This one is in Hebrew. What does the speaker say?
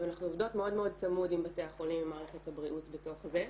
ואנחנו עובדות מאוד מאוד צמוד עם בתי החולים ומערכת הבריאות בתוך זה,